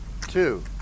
Two